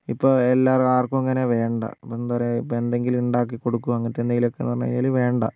ഇപ്പോൾ ആർക്കും അങ്ങനെ വേണ്ട ഇപ്പോൾ എന്താ പറയുക ഇപ്പോൾ എന്തെങ്കിലും ഉണ്ടാക്കി കൊടുക്കുകയോ അങ്ങനത്തെ എന്തെങ്കിലും ഒക്കെ എന്നുപറഞ്ഞാൽ വേണ്ട